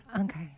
Okay